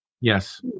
Yes